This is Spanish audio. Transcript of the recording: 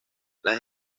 las